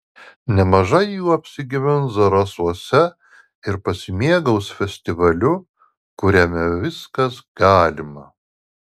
nemažai jų apsigyvens zarasuose ir pasimėgaus festivaliu kuriame viskas galima